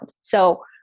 So-